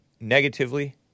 negatively